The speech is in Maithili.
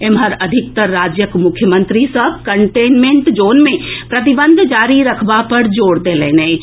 एम्हर अधिकतर राज्यक मुख्यमंत्री सभ कंटेनमेंट जोन मे प्रतिबंध जारी रखबा पर जोर देलनि अछि